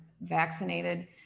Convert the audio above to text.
vaccinated